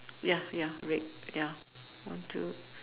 ya ya red ya one two